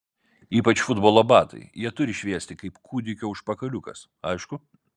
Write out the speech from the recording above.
ypač futbolo batai jie turi šviesti kaip kūdikio užpakaliukas aišku